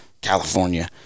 california